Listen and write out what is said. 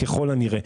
ככל הנראה.